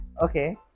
Okay